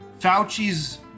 Fauci's